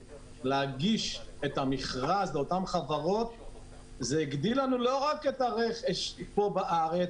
להגיש את המכרז לאותן חברות וזה הגדיל לנו לא רק את הרכש פה בארץ,